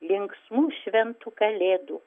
linksmų šventų kalėdų